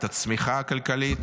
את הצמיחה הכלכלית,